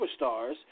superstars